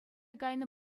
кайнӑ